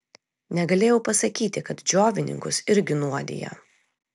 negalėjau pasakyti kad džiovininkus irgi nuodija